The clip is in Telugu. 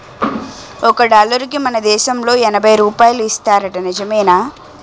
ఒక డాలరుకి మన దేశంలో ఎనబై రూపాయలు ఇస్తారట నిజమేనా